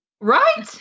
Right